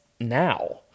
now